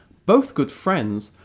both good friends,